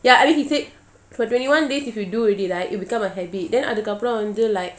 ya and then he said for twenty one days if you do already right it will become a habit then அதுக்கப்புறம்வந்து:adhukapuram vandhu like